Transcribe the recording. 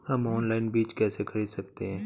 हम ऑनलाइन बीज कैसे खरीद सकते हैं?